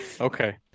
Okay